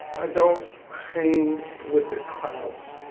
i don't hang with the crowds,